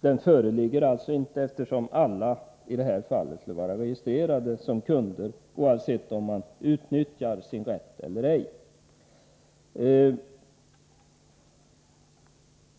Den relationen föreligger alltså inte, eftersom alla i det här fallet skulle vara registrerade som kunder, oavsett om de utnyttjade sin rätt eller ej.